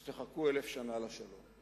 אז תחכו אלף שנה לשלום.